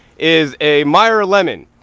is a meyer lemon.